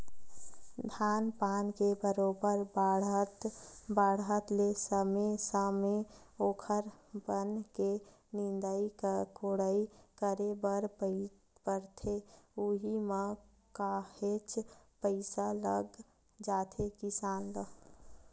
धान पान के बरोबर बाड़हत ले समे समे ओखर बन के निंदई कोड़ई करे बर परथे उहीं म काहेच पइसा लग जाथे किसान ल